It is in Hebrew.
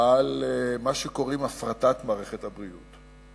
על מה שקוראים הפרטת מערכת הבריאות,